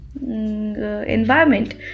environment